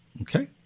Okay